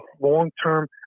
long-term